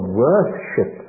worship